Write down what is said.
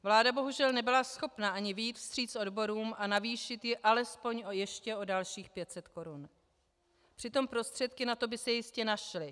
Vláda bohužel nebyla schopna ani vyjít vstříc odborům a navýšit ji alespoň ještě o dalších 500 korun, přitom prostředky na to by se jistě našly.